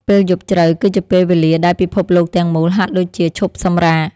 ពេលយប់ជ្រៅគឺជាពេលវេលាដែលពិភពលោកទាំងមូលហាក់ដូចជាឈប់សម្រាក។